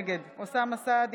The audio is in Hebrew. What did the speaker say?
הזמן.